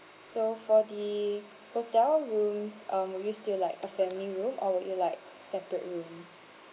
so for the hotel rooms uh would you still like a family room or would you like separate rooms